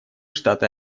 штаты